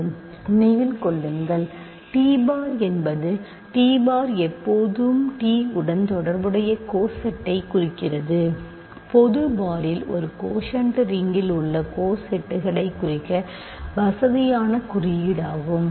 நினைவில் கொள்ளுங்கள் t bar என்பது t பார் எப்போதும் t உடன் தொடர்புடைய கோசட்டைக் குறிக்கிறது பொது பாரில் ஒரு கோஷன்ட் ரிங்கில் உள்ள கோசெட்களைக் குறிக்க வசதியான குறியீடாகும்